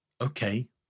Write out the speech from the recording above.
okay